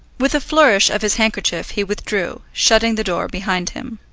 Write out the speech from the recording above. with a flourish of his handkerchief he withdrew, shutting the door behind him.